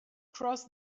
cross